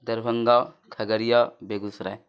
Darbhanga Khagaria Bigo Sarai